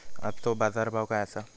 आजचो बाजार भाव काय आसा?